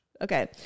okay